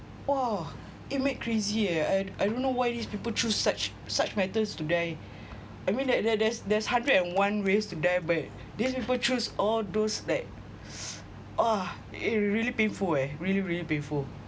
!whoa! it mad crazy ah and I don't know why these people choose such such matters to die I mean there there there's there's hundred and one ways to die but these people choose all those like uh it's really painful eh really really painful